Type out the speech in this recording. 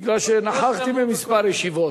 כי נכחתי בכמה ישיבות,